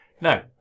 Now